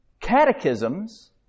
catechisms